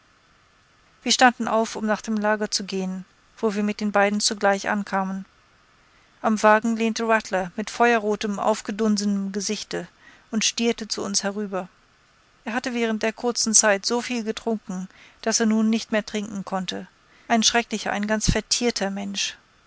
wir standen auf um nach dem lager zu gehen wo wir mit beiden zugleich ankamen am wagen lehnte rattler mit feuerrotem aufgedunsenem gesichte und stierte zu uns herüber er hatte während der kurzen zeit so viel getrunken daß er nun nicht mehr trinken konnte ein schrecklicher ein ganz vertierter mensch